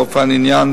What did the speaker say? באותו עניין,